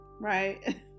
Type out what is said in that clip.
right